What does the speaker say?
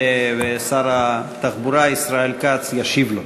ושר התחבורה ישראל כץ ישיב לו.